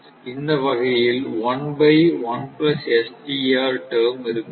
இந்த வகையில் டெர்ம் இருக்காது